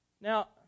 Now